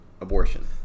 abortion